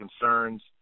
concerns